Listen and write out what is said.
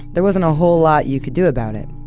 there wasn't a whole lot you can do about it.